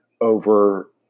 over